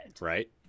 Right